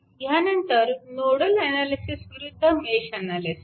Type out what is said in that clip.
ह्यानंतर nodal analysis विरुद्ध mesh analysis